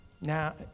Now